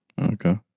Okay